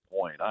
point